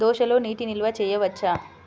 దోసలో నీటి నిల్వ చేయవచ్చా?